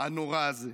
הנורא הזה,